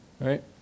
Right